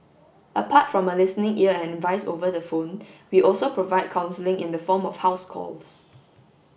apart from a listening ear and advice over the phone we also provide counselling in the form of house calls